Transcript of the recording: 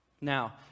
Now